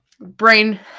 brain